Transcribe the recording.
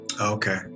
Okay